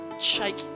shake